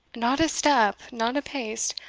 not a step, not a pace,